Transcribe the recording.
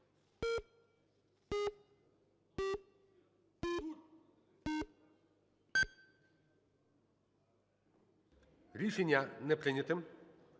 Рішення не прийнято.